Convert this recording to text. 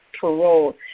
parole